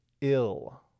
ill